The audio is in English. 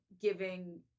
giving